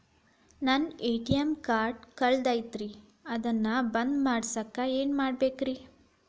ನನ್ನ ATM card ಕಳದೈತ್ರಿ ಅದನ್ನ ಬಂದ್ ಮಾಡಸಾಕ್ ಏನ್ ಮಾಡ್ಬೇಕ್ರಿ?